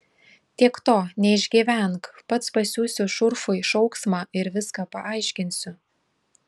tiek to neišgyvenk pats pasiųsiu šurfui šauksmą ir viską paaiškinsiu